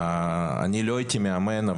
אני לא הייתי מאמן,